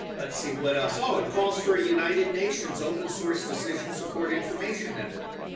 but see, what else, oh, it calls for a united nations open source decision support information network.